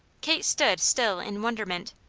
kate stood still in wonderment.